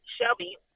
Shelby